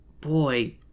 boy